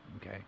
Okay